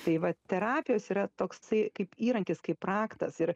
tai va terapijos yra toksai kaip įrankis kaip raktas ir